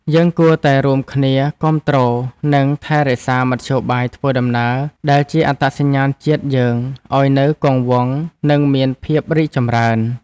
យើងគួរតែរួមគ្នាគាំទ្រនិងថែរក្សាមធ្យោបាយធ្វើដំណើរដែលជាអត្តសញ្ញាណជាតិយើងឱ្យនៅគង់វង្សនិងមានភាពរីកចម្រើន។